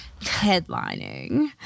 headlining